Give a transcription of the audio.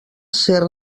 ser